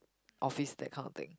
office that kind of thing